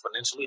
exponentially